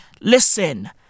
listen